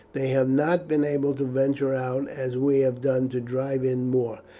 they have not been able to venture out as we have done to drive in more.